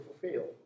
fulfill